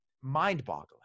mind-boggling